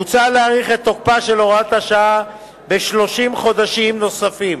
מוצע להאריך את תוקפה של הוראת השעה ב-30 חודשים נוספים,